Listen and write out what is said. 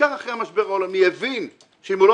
ובעיקר אחרי המשבר העולמי הבין שאם הוא לא